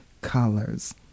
colors